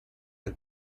del